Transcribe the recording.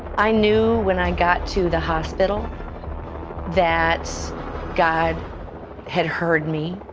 i knew when i got to the hospital that god had heard me,